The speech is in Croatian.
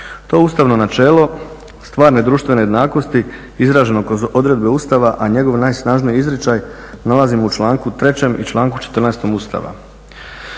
To ustavno načelo stvarne društvene jednakosti izraženo kroz odredbe Ustava, a njegov najsnažniji izričaj nalazimo u članku 3.i članku 14. Ustava.